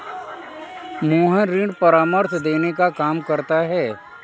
मोहन ऋण परामर्श देने का काम करता है